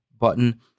button